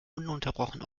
ununterbrochen